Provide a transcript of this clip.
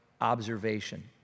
observation